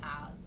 out